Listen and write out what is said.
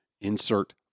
insert